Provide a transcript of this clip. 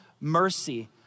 mercy